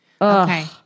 Okay